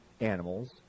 animals